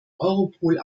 europol